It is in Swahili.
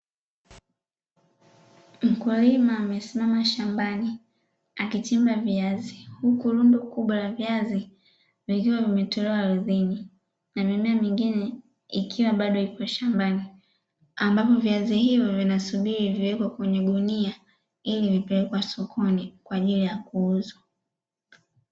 Mkulima amesimama shambani akichimba viazi, huku rundo kubwa la viazi vikiwa vimetolewa ardhini, na mimea mingine ikiwa bado ipo shambani, ambapo viazi hivyo vinasubiri viwekwe kwenye gunia ili vipelekwe sokoni kwa ajili ya kuuzwa.